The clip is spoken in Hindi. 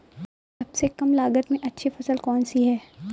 सबसे कम लागत में अच्छी फसल कौन सी है?